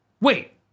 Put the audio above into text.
Wait